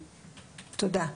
תודה.